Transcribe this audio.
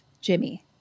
Jimmy